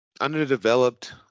underdeveloped